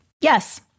yes